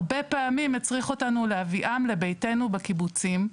הרבה פעמים להביאם לביתנו בקיבוצים.